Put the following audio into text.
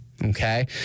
Okay